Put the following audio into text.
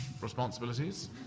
responsibilities